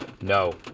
No